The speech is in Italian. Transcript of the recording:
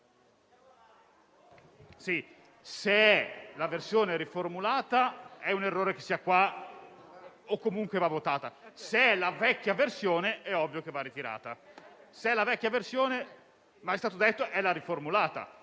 Se è la versione riformulata, è un errore che sia qua, o comunque va votata; se è la vecchia versione, è ovvio che va ritirata. Se è la vecchia versione, come è stato detto, è stata riformulata.